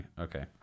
Okay